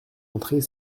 entrer